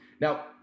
Now